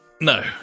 No